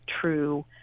true